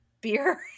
beer